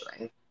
right